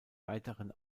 weiteren